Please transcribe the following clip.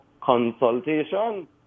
consultation